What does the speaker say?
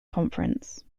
conference